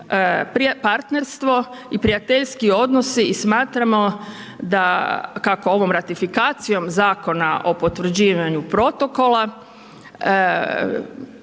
partnerstvo i prijateljski odnosi i smatramo kako ovom ratifikacijom Zakona o potvrđivanju protokola